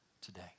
today